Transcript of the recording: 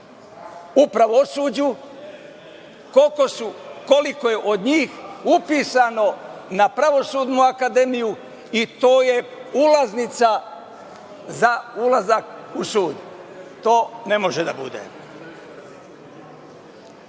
u pravosuđu, koliko je od njih upisano na Pravosudnu akademiju i to je ulaznica za ulazak u sud. To ne može da bude. Na